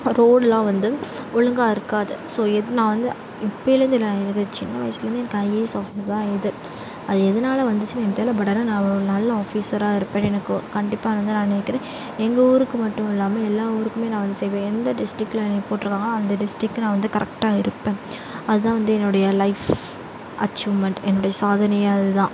ரோடுலாம் வந்து ஒழுங்காக இருக்காது ஸோ எத் நான் வந்து இப்போயிலந்தே நான் எனக்கு சின்ன வயசுலருந்தே எனக்கு ஐஏஎஸ் ஆஃபிஸர் தான் இது அது எதனால வந்துச்சின்னு எனக்கு தெரில பட் ஆனால் நான் ஒரு நல்ல ஆஃபிஸராக இருப்பேன்னு எனக்கு ஓ கண்டிப்பாக வந்து நான் நினைக்கிறேன் எங்கள் ஊருக்கு மட்டும் இல்லாமல் எல்லா ஊருக்குமே நான் வந்து செய்வேன் எந்த டிஸ்டிகில் என்னை போட்டிருக்காங்களோ அந்த டிஸ்டிக்கு நான் வந்து கரெக்டாக இருப்பேன் அது தான் வந்து என்னுடைய லைஃப் அச்சீவ்மண்ட் என்னுடைய சாதனையே அது தான்